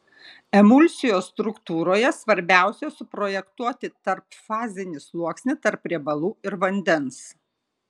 emulsijos struktūroje svarbiausia suprojektuoti tarpfazinį sluoksnį tarp riebalų ir vandens